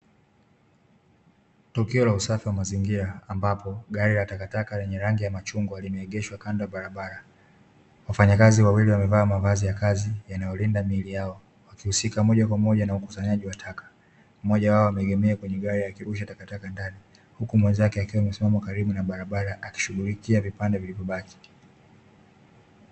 Tukio la usafi wa mazingira ambapo gari la takataka lenye rangi ya machungwa limeegeshwa kando ya barabara. Wafanyakazi wawili wamevaa mavazi ya kazi yanayolinda miili yao wakihusika moja kwa moja na ukusanyaji wa taka, mmoja wao ameegemea kwenye gari akirusha takataka ndani huku mwenzake akiwa amesimama karibu na barabara akishughulikia vipande vilivyobaki.